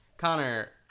connor